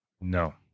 No